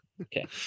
Okay